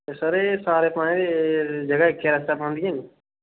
ते सर एह् सारे तुसें जेह्ड़ा इक्कै आस्तै पांदियां नि